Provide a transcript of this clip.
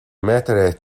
matter